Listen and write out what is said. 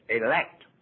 elect